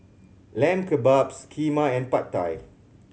Lamb Kebabs Kheema and Pad Thai